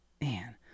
Man